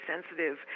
sensitive